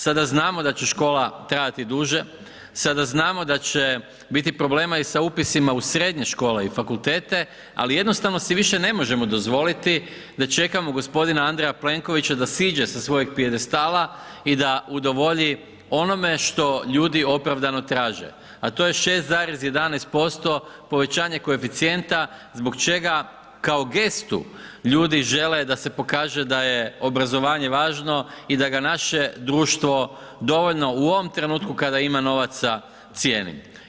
Sada znamo da će škola trajati duže, sada znamo da će biti problema i sa upisima u srednje škole i fakultete, ali jednostavno si više ne možemo dozvoliti da čekamo gospodina Andreja Plenkovića da siđe sa svojeg pijedestala i da udovolji onome što ljudi opravdano traže, a to je 6,11% povećanje koeficijenta zbog čega kao gestu ljudi žele da se pokaže da je obrazovanje važno i da ga naše društvo dovoljno u ovom trenutku kada ima novaca cijeni.